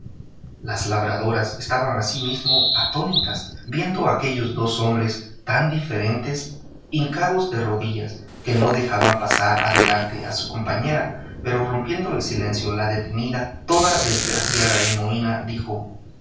las labradoras estaban asimismo atónitas viendo aquellos dos hombres tan diferentes hincados de rodillas que no dejaban pasar adelante a su compañera pero rompiendo el silencio la detenida toda desgraciada y mohína dijo